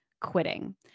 quitting